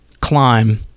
climb